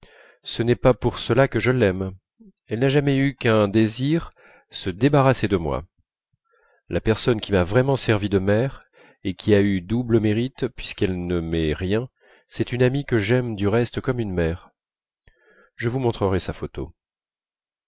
ce n'est pas pour cela que je l'aime elle n'a jamais eu qu'un désir se débarrasser de moi la personne qui m'a vraiment servi de mère et qui a eu double mérite puisqu'elle ne m'est rien c'est une amie que j'aime du reste comme une mère je vous montrerai sa photo